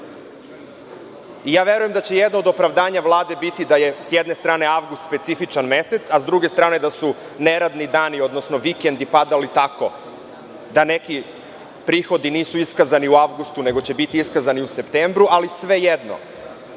evra. Verujem da će jedno od opravdanja Vlade biti da je s jedne strane avgust specifičan mesec, a sa druge strane da su neradni dani, odnosno vikendi padali tako da neki prihodi nisu iskazani u avgustu, nego će biti iskazani u septembru, ali svejedno,